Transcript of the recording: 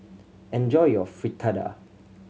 enjoy your Fritada